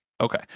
Okay